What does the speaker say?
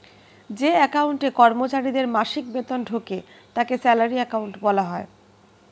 যে অ্যাকাউন্টে কর্মচারীদের মাসিক বেতন ঢোকে তাকে স্যালারি অ্যাকাউন্ট বলা হয়